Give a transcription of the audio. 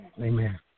Amen